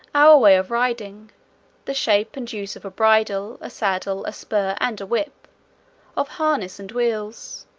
our way of riding the shape and use of a bridle, a saddle, a spur, and a whip of harness and wheels.